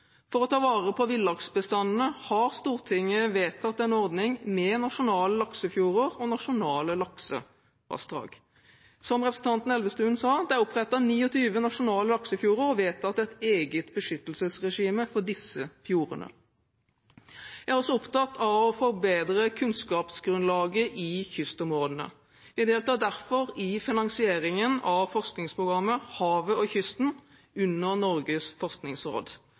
For å ta vare på villlaksbestandene har Stortinget vedtatt en ordning med nasjonale laksefjorder og nasjonale laksevassdrag. Som representanten Elvestuen sa, er det opprettet 29 nasjonale laksefjorder og vedtatt et eget beskyttelsesregime for disse fjordene. Jeg er også opptatt av å forbedre kunnskapsgrunnlaget i kystområdene. Vi deltar derfor i finansieringen av forskningsprogrammet Havet og kysten under Norges forskningsråd.